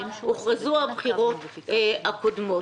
הוכרזו הבחירות הקודמות.